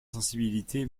sensibilité